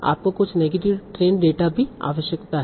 आपको कुछ negative trained data की आवश्यकता है